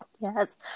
Yes